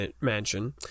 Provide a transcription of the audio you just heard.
mansion